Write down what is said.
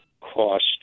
cost